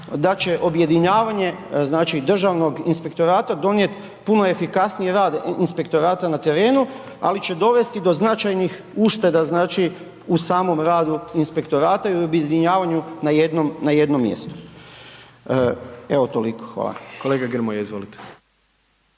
da će objedinjavanje znači državnog inspektorata donijet puno efikasniji rad inspektorata na terenu, ali će dovesti i do značajnih ušteda znači u samom radu inspektorata i objedinjavanju na jednom mjestu. Evo toliko hvala. **Jandroković,